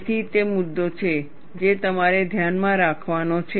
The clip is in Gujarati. તેથી તે મુદ્દો છે જે તમારે ધ્યાનમાં રાખવાનો છે